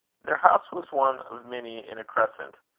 their house was one of many in a crescent.